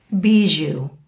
Bijou